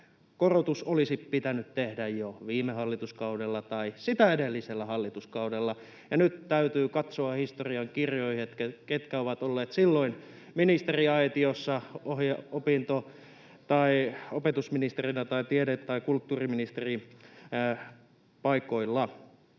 korotushan olisi pitänyt tehdä jo viime hallituskaudella tai sitä edellisellä hallituskaudella. Ja nyt täytyy katsoa historiankirjoihin, ketkä ovat olleet silloin ministeriaitiossa [Mari Rantasen välihuuto] opinto- tai opetusministereinä tai tiede- tai kulttuuriministerien paikoilla.